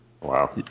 wow